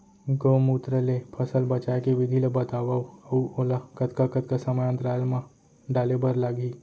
गौमूत्र ले फसल बचाए के विधि ला बतावव अऊ ओला कतका कतका समय अंतराल मा डाले बर लागही?